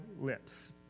lips